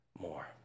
more